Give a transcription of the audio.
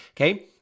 okay